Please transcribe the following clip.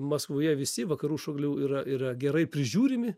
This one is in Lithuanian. maskvoje visi vakarų šalių yra yra gerai prižiūrimi